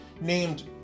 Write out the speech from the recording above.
named